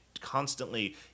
constantly